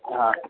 হ্যাঁ